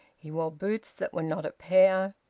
he wore boots that were not a pair.